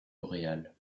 boréales